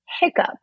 hiccup